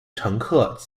乘客